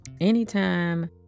anytime